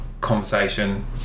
conversation